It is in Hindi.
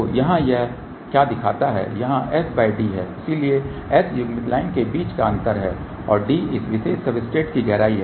तो यहाँ यह क्या दिखाता है यहाँ sd है इसलिए s युग्मित लाइन के बीच का अंतर है और d इस विशेष सब्सट्रेट की गहराई है